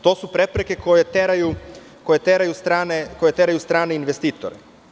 To su prepreke koje teraju strane investitore.